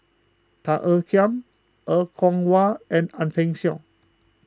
Tan Ean Kiam Er Kwong Wah and Ang Peng Siong